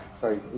Sorry